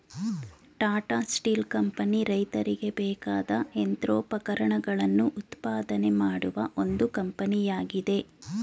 Tata steel company ರೈತರಿಗೆ ಬೇಕಾದ ಯಂತ್ರೋಪಕರಣಗಳನ್ನು ಉತ್ಪಾದನೆ ಮಾಡುವ ಒಂದು ಕಂಪನಿಯಾಗಿದೆ